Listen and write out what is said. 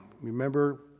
Remember